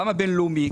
גם הבינלאומי,